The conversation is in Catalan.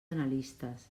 analistes